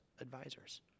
advisors